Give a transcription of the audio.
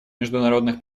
международных